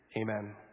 Amen